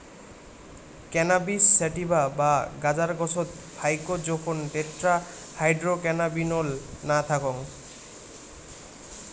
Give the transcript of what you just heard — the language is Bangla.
ক্যানাবিস স্যাটিভা বা গাঁজার গছত ফাইক জোখন টেট্রাহাইড্রোক্যানাবিনোল না থাকং